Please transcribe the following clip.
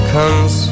Comes